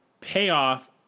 payoff